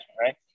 right